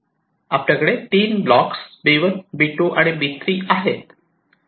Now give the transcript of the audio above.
आपल्याकडे तीन block B1 B2 आणि B3 आहेत